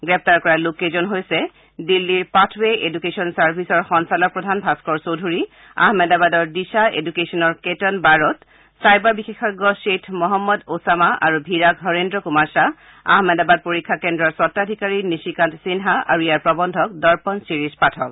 আটক কৰা লোককেইজন হৈছে দিল্লীৰ পাথ্বে ইডুকেখন চাৰ্ভিছৰ সঞ্চালক প্ৰধান ভাস্বৰ চৌধুৰী আহমেদাবাদৰ দীশা এডুকেথনৰ কেতন বাৰট চাইবাৰ বিশেষজ খেথ মহম্মদ অছামা আৰু ভিৰাগ হৰেন্দ্ৰ কুমাৰ খাহ আহমেদাবাদ পৰীক্ষা কেন্দ্ৰৰ স্বত্বাধিকাৰী নিশিকান্ত সিন্হা আৰু ইয়াৰ প্ৰবন্ধক দৰ্পন শিৰিষ পাঠক